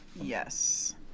yes